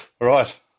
right